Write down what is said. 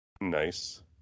Nice